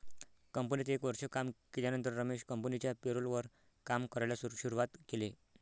कंपनीत एक वर्ष काम केल्यानंतर रमेश कंपनिच्या पेरोल वर काम करायला शुरुवात केले